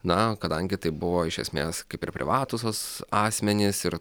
na kadangi tai buvo iš esmės kaip ir privatūs as asmenys ir